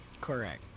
Correct